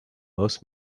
most